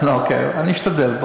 אני אשתדל.